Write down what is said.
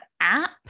app